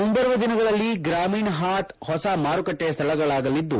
ಮುಂಬರುವ ದಿನಗಳಲ್ಲಿ ಗ್ರಾಮೀಣ್ ಹಾತ್ ಹೊಸ ಮಾರುಕಟ್ಟೆ ಸ್ಥಳಗಳಾಗಲಿದ್ದು